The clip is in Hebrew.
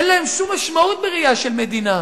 אין להם שום משמעות בראייה של מדינה.